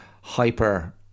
hyper